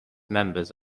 members